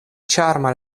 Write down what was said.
ĉarma